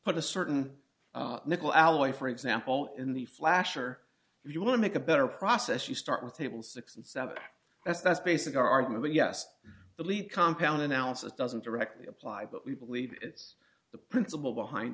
put a certain nickel alloy for example in the flash or if you want to make a better process you start with table six and seven as that's basic argument yes the lead compound analysis doesn't directly apply but we believe it's the principle behind